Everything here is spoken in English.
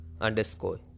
underscore